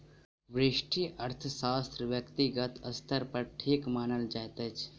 व्यष्टि अर्थशास्त्र व्यक्तिगत स्तर पर ठीक मानल जाइत अछि